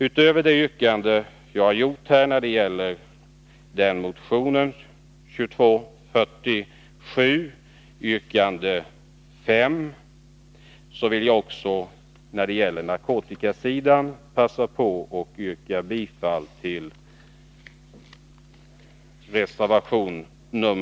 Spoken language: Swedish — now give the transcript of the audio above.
Utöver det yrkande jag framfört när det gäller motion 2247, yrkande 5, vill jag beträffande narkotikamissbruket yrka bifall också till reservation nr 7, punkten b.